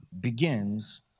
begins